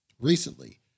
recently